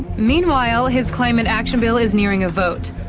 meanwhile, his climate action bill is nearing a vote.